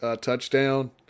touchdown